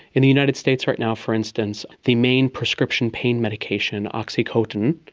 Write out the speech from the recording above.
in the united states right now for instance the main prescription pain medication, oxycontin,